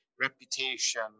Reputation